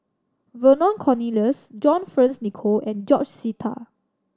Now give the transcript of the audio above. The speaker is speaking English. Vernon Cornelius John Fearns Nicoll and George Sita